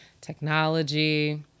technology